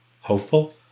hopeful